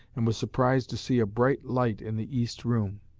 and was surprised to see a bright light in the east room.